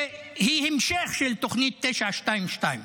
שהיא המשך של תוכנית 922,